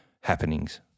happenings